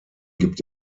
gibt